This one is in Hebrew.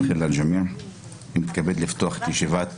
אני מתכבד לפתוח את ישיבת